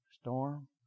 storm